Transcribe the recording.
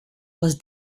was